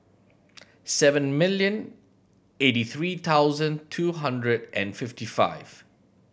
seven million eighty three thousand two hundred and fifty five